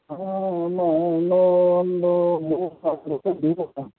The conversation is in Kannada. ಹಾಂ ಅಮ್ಮಾ ಒಂದು ಒಂದು ಮೂರು ಸಾವಿರ ರೂಪಾಯಿ ಬೀಳುತ್ತೆ